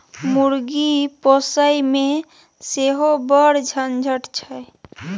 मुर्गी पोसयमे सेहो बड़ झंझट छै